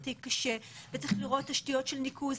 תחבורתי קשה וצריך לראות תשתיות של ניקוז.